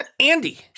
Andy